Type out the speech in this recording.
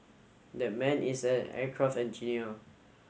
that man is an aircraft engineer